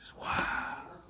Wow